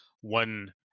one